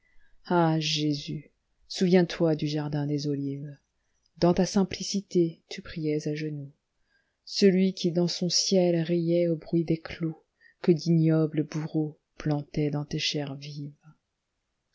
ah jésus souviens-toi du jardin des olivcsl dans ta simplicité tu priais à genoux celui qui dans son ciel riait au bruit des clous que d'ignubles bourreaux plantaient dans tes chairs